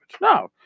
no